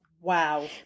Wow